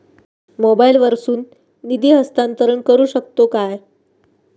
मोबाईला वर्सून निधी हस्तांतरण करू शकतो काय?